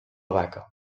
vaca